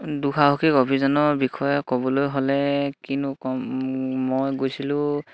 দুঃসাহসিক অভিযানৰ বিষয়ে ক'বলৈ হ'লে কিনো কম মই গৈছিলোঁ